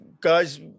guys